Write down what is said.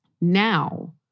Now